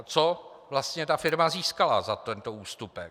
Co vlastně ta firma získala za tento ústupek?